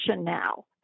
now